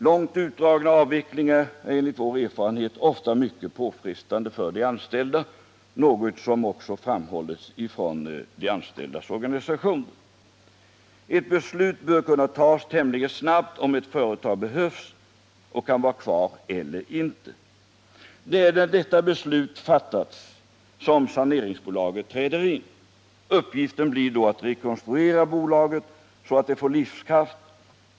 Långt utdragna avvecklingar är enligt vår erfarenhet ofta mycket påfrestande för de anställda, något som också framhållits från de anställdas organisationer. Ett beslut bör kunna tas tämligen snabbt om huruvida ett företag behövs och kan vara kvar eller inte. Det är när detta beslut fattats som saneringsbolaget träder in. Uppgiften blir då att rekonstruera bolaget så att det får livskraft.